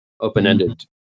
Open-ended